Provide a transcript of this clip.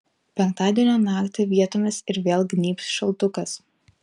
penktadienio naktį vietomis ir vėl gnybs šaltukas